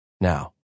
now